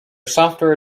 software